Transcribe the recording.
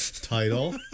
title